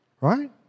right